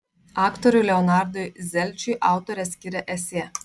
aktoriui leonardui zelčiui autorė skiria esė